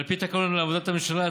על פי התקנון לעבודת הממשלה,